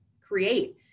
create